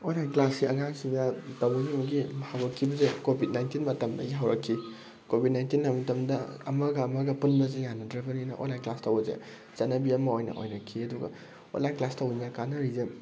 online ꯀ꯭ꯂꯥꯁꯁꯦ ꯑꯉꯥꯡꯁꯤꯡꯗ ꯇꯧꯕꯒꯤ ꯑꯩꯈꯣꯏꯒꯤ ꯍꯧꯔꯛꯈꯤꯕꯁꯦ ꯀꯣꯚꯤꯠ ꯅꯥꯏꯟꯇꯤꯟ ꯃꯇꯝꯗꯒꯤ ꯍꯧꯔꯛꯈꯤ ꯀꯣꯚꯤꯠ ꯅꯥꯏꯟꯇꯤꯟ ꯃꯇꯝꯗ ꯑꯃꯒ ꯑꯃꯒ ꯄꯨꯟꯕꯁꯦ ꯌꯥꯅꯗ꯭ꯔꯕꯅꯤꯅ ꯑꯣꯟꯂꯥꯏꯟ ꯀ꯭ꯂꯥꯁ ꯇꯧꯕꯁꯦ ꯆꯠꯅꯕꯤ ꯑꯃ ꯑꯣꯏꯅ ꯑꯣꯏꯔꯛꯈꯤ ꯑꯗꯨꯒ ꯑꯣꯟꯂꯥꯏꯟ ꯀ꯭ꯂꯥꯁ ꯇꯧꯕꯗ ꯀꯥꯅꯔꯤꯁꯦ